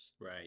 Right